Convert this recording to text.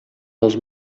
els